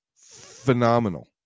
phenomenal